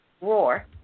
roar